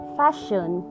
fashion